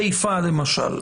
מה קורה בחיפה, למשל?